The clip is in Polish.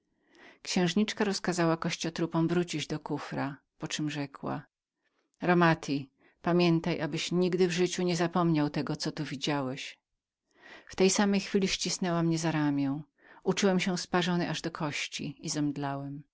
księżniczka rozkazała kościotrupom wrócić do kufra po czem rzekła romati pamiętaj abyś nigdy w życiu niezapomniał tego co tu widziałeś w tej samej chwili ścisnęła mnie za ramię uczułem się sparzony aż do kości i zemdlałem